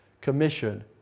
Commission